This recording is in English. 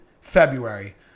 February